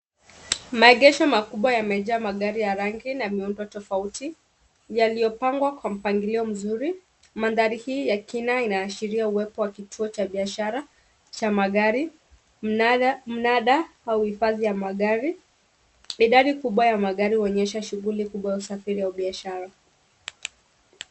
Maegesho makubwa yamejaa magari ya rangi nyingi na miundo tofauti yaliyopangwa kwa mpangilio mzuri. Manthari hii ya kina inaashiria uwepo wa kituo cha biashara cha magari, mnada au uhifadhi wa magari. Idadi kubwa ya magari huonyesha shughuli kubwa ya usafiri au biashara.